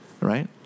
right